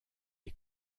est